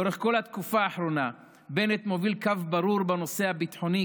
לאורך כל התקופה האחרונה בנט מוביל קו ברור בנושא הביטחוני,